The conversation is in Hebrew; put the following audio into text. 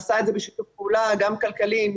הוא עשה את זה בשיתוף פעולה גם כלכלי עם